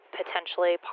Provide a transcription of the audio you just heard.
potentially